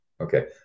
Okay